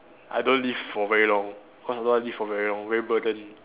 I don't live for very long cause I don't want to live for very long very burden